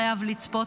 חייב לצפות.